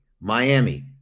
Miami